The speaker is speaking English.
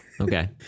Okay